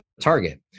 Target